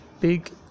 big